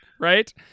Right